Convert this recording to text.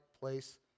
place